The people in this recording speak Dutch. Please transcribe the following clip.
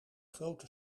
grote